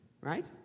right